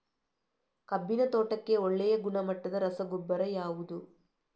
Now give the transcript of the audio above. ಕಬ್ಬಿನ ತೋಟಕ್ಕೆ ಒಳ್ಳೆಯ ಗುಣಮಟ್ಟದ ರಸಗೊಬ್ಬರ ಯಾವುದು?